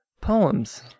Poems